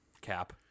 cap